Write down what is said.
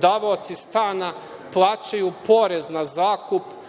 davaoci stana plaćaju porez na zakup,